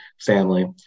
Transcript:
family